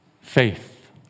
faith